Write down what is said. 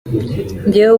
njyewe